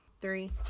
Three